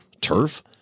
turf